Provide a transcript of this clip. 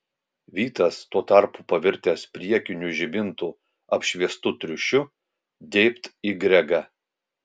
vytas tuo tarpu pavirtęs priekinių žibintų apšviestu triušiu dėbt į gregą